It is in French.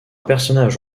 personnage